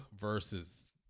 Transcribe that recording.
versus